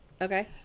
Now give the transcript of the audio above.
okay